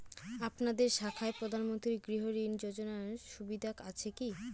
আপনাদের শাখায় প্রধানমন্ত্রী গৃহ ঋণ যোজনার সুবিধা আছে কি?